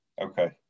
Okay